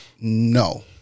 no